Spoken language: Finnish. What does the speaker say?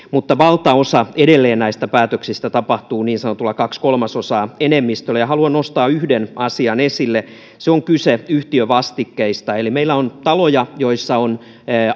mutta valtaosa näistä päätöksistä tapahtuu edelleen niin sanotulla kaksi kolmasosaa enemmistöllä haluan nostaa yhden asian esille ja siinä on kyse yhtiövastikkeista eli meillä on taloja joissa on